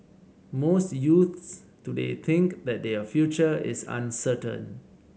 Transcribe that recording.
most youths today think that their future is uncertain